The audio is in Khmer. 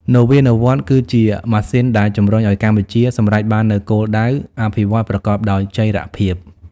នវានុវត្តន៍គឺជាម៉ាស៊ីនដែលជំរុញឱ្យកម្ពុជាសម្រេចបាននូវគោលដៅអភិវឌ្ឍន៍ប្រកបដោយចីរភាព។